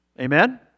Amen